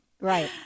Right